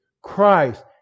christ